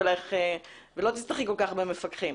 אליך ושלא תצטרכי כל כך הרבה מפקחים.